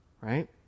right